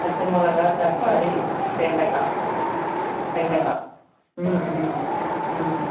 பச்சமிளகா தக்காளி வெண்டக்காய் வெண்டக்காய் ம் ம் ம்